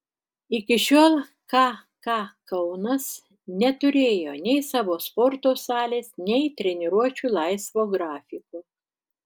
iki šiol kk kaunas neturėjo nei savo sporto salės nei treniruočių laisvo grafiko